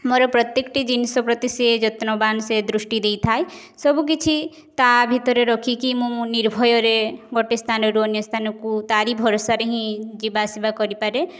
ମୋର ପ୍ରତ୍ୟକଟି ଜିନିଷ ପ୍ରତି ସେ ଯତ୍ନବାନ ସେ ଦୃଷ୍ଟି ଦେଇଥାଏ ସବୁକିଛି ତା ଭିତରେ ରଖିକି ମୁଁ ନିର୍ଭୟରେ ଗୋଟେ ସ୍ଥାନରୁ ଅନ୍ୟ ସ୍ଥାନକୁ ତାରି ଭରସାରେ ହିଁ ଯିବାଆସିବା କରିପାରେ